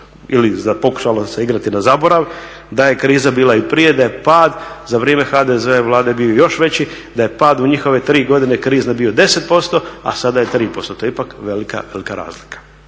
ili pokušalo se igrati na zaborav da je kriza bila i prije, da je pad za vrijeme HDZ-ove Vlade bio još veći, da je pad u njihove 3 godine krizne bio 10%, a sada je 3%. To je ipak velika, velika